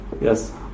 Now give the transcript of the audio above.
yes